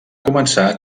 començar